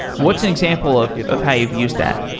what's an example of of how you've used that?